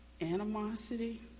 animosity